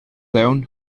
aunc